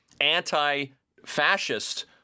anti-fascist